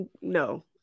no